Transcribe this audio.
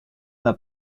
n’a